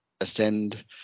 ascend